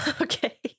okay